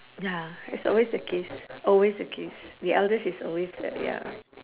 ya it's always the case always the case the eldest is always uh ya